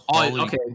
Okay